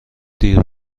دیر